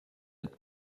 cette